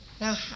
Now